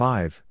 Five